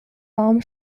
baum